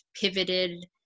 pivoted